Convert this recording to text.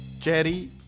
cherry